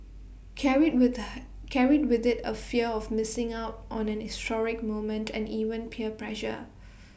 carried with carried with IT A fear of missing out on an historic moment and even peer pressure